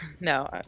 No